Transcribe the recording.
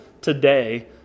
today